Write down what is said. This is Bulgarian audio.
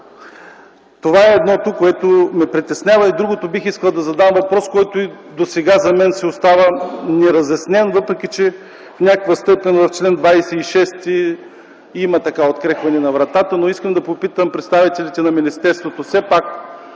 Това е едното, което ме притеснява. Другото. Бих искал да задам въпрос, който и досега за мен си остава неразяснен, въпреки че в някаква степен в чл. 26 има открехване на вратата. Искам да попитам представителите на министерството: все пак